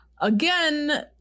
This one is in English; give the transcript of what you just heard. again